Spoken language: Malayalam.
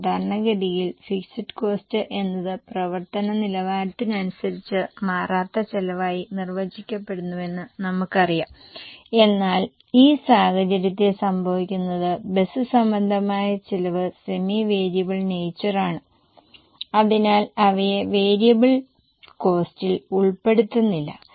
സാധാരണഗതിയിൽ ഫിക്സഡ് കോസ്ററ് എന്നത് പ്രവർത്തന നിലവാരത്തിനനുസരിച്ച് മാറാത്ത ചിലവായി നിർവചിക്കപ്പെടുന്നുവെന്ന് നമുക്കറിയാം എന്നാൽ ഈ സാഹചര്യത്തിൽ സംഭവിക്കുന്നത് ബസ് സംബന്ധമായ ചിലവ് സെമി വേരിയബിൾ നേച്ചർ ആണ് അതിനാൽ അവയെ വേരിയബിൾ കോസ്റ്റിൽ ഉൾപ്പെടുത്തുന്നില്ല